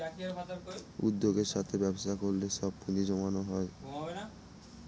উদ্যোগের সাথে ব্যবসা করলে সব পুজিঁ জমানো হয়